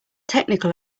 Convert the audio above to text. technical